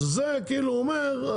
אז זה כאילו הוא אומר,